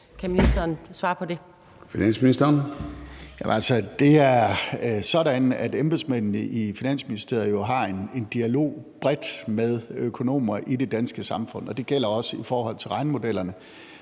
Finansministeren (Nicolai Wammen): Det er sådan, at embedsmændene i Finansministeriet jo har en dialog bredt med økonomer i det danske samfund, og det gælder også i forhold til regnemodellerne.